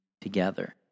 together